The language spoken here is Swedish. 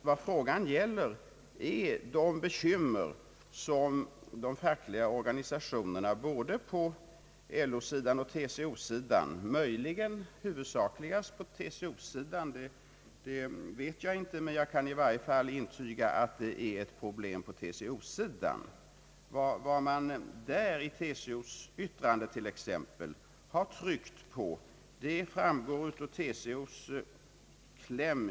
Vad frågan gäller är de bekymmer som de fackliga organisationerna har, både på LO-sidan och på TCO-sidan. Om dessa bekymmer finns enbart på TCO-sidan vet jag inte, men jag kan intyga att där är frågan om förhandlingsrätt för pensionärer ett problem.